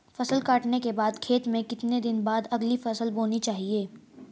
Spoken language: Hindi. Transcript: फसल काटने के बाद खेत में कितने दिन बाद अगली फसल बोनी चाहिये?